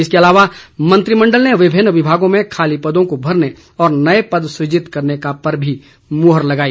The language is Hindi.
इसके अलावा मंत्रिमंडल ने विभिन्न विभागों में खाली पदों को भरने और नए पद सुजित करने पर भी मुहर लगाई